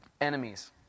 Enemies